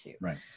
Right